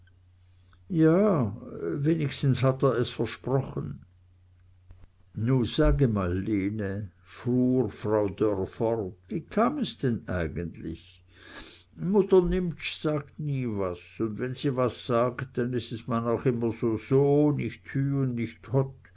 ja wenigstens hat er es versprochen nu sage mal lene fuhr frau dörr fort wie kam es denn eigentlich mutter nimptsch sagt nie was un wenn sie was sagt denn is es auch man immer soso nich hu un nich